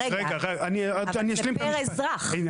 רגע, אני משלים.